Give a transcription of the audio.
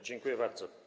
Dziękuję bardzo.